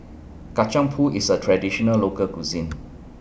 Kacang Pool IS A Traditional Local Cuisine